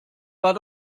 war